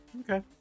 Okay